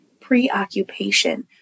preoccupation